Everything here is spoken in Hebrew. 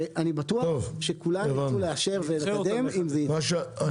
ואני בטוח שכולם ירצו לאשר ולקדם אם זה יתאפשר.